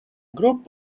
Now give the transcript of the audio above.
group